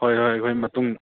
ꯍꯣꯏ ꯍꯣꯏ ꯑꯩꯈꯣꯏ ꯃꯇꯨꯡ